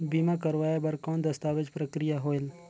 बीमा करवाय बार कौन दस्तावेज प्रक्रिया होएल?